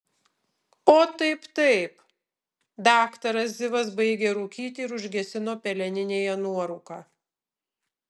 o taip taip daktaras zivas baigė rūkyti ir užgesino peleninėje nuorūką